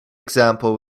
example